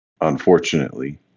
Unfortunately